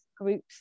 groups